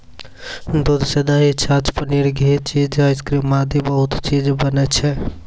दूध सॅ दही, छाछ, पनीर, घी, चीज, आइसक्रीम आदि बहुत चीज बनै छै